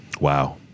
wow